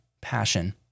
passion